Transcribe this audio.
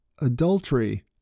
adultery